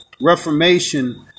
reformation